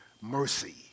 mercy